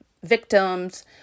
victims